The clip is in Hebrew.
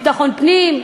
ביטחון הפנים.